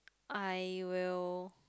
I will